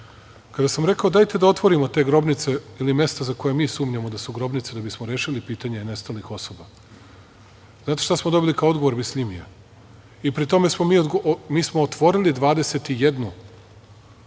Kada sam rekao dajte da otvorimo te grobnice ili mesta za koja mi sumnjamo da su grobnice, da bismo rešili pitanje nestalih osoba, znate šta smo dobili odgovor Bisljimija i pri tome smo mi otvorili 21